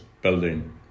building